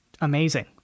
amazing